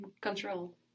Control